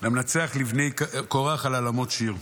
"למנצח לבני קרח על עלמות שיר"